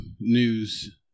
news